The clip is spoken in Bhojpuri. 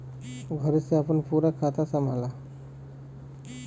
घरे से आपन पूरा खाता संभाला